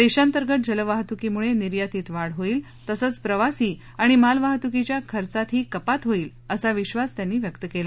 देशांतर्गत जलवाहतुकीमुळे निर्यातीत वाढ होईल तसंच प्रवासी आणि मालवाहतूकीच्या खर्चातही कपात होईल असा विधास त्यांनी व्यक्त केला